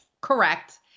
Correct